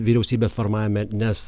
vyriausybės formavime nes